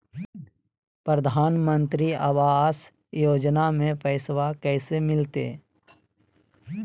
प्रधानमंत्री आवास योजना में पैसबा कैसे मिलते?